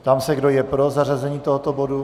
Ptám se, kdo je pro zařazení tohoto bodu?